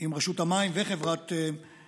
עם רשות המים וחברת מקורות,